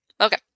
Okay